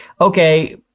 Okay